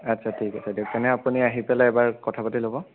আচ্ছা ঠিক আছে দিয়ক তেনে আপুনি আহি পেলাই এবাৰ কথা পাতি ল'ব